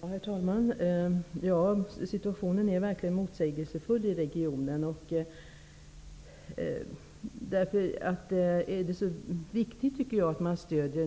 Herr talman! Situationen är verkligen motsägelsefull i regionen. Därför är det så viktigt att man stöder